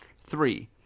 Three